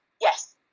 yes